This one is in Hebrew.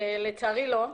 לצערי, לא.